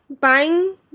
buying